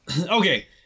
Okay